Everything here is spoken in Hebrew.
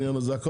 אצלך.